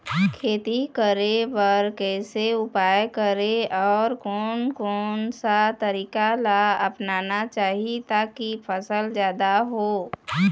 खेती करें बर कैसे उपाय करें अउ कोन कौन सा तरीका ला अपनाना चाही ताकि फसल जादा हो?